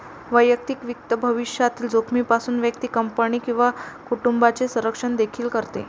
वैयक्तिक वित्त भविष्यातील जोखमीपासून व्यक्ती, कंपनी किंवा कुटुंबाचे संरक्षण देखील करते